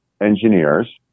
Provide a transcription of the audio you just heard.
engineers